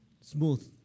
smooth